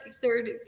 third